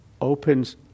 opens